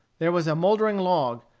there was a mouldering log,